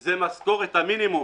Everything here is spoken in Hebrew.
היא שכר מינימום.